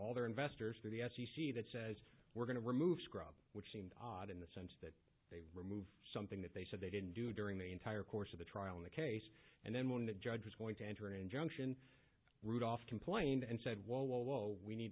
their investors to the f c c that says we're going to remove scrub which seemed odd in the sense they removed something that they said they didn't do during the entire course of the trial in the case and then when the judge was going to enter injunction rudolph complained and said whoa whoa whoa we need